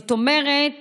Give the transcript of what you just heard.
זאת אומרת